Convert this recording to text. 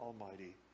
Almighty